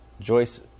Joyce